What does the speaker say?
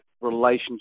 relationship